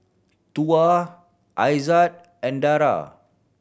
Tuah Aizat and Dara